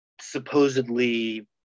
supposedly